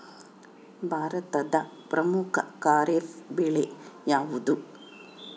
ಭಾರತದ ಪ್ರಮುಖ ಖಾರೇಫ್ ಬೆಳೆ ಯಾವುದು?